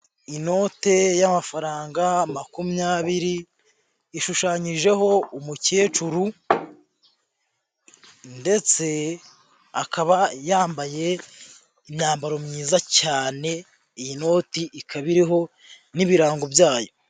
Inote y'amafaranga makumyabiri, ishushanyijeho umukecuru ndetse akaba yambaye imyambaro myiza cyane, iyi noti ikaba iriho n'ibirango byayo.